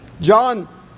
John